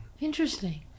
Interesting